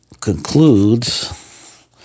concludes